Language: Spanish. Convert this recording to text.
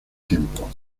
tiempo